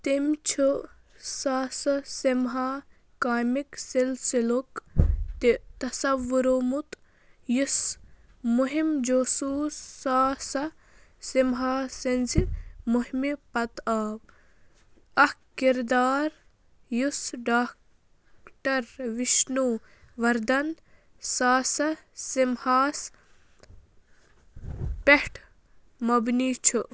تٔمۍ چھُ ساسس سِمہا کامِک سِلسِلُک تہِ تَصوُرومُت یُس مُہِم جوسوٗس سَہاسَہ ساسا سِمہاس سٕنٛزِ مُہِمہِ پتہٕ آو اَکھ کِردار یُس ڈاكٹَر وِشنوٗوَردھن ساسن سِمہاس پٮ۪ٹھ مبنی چھُ